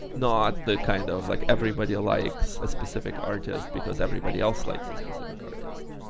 not the kind of like everybody likes a specific artist because everybody else likes a specific artist.